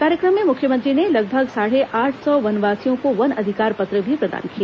कार्यक्रम में मुख्यमंत्री ने लगभग साढ़े आठ सौ वनवासियों को वन अधिकार पत्र भी प्रदान किए